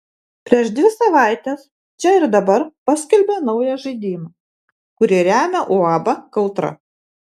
prieš dvi savaites čia ir dabar paskelbė naują žaidimą kurį remia uab kautra